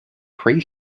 pre